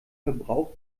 verbrauch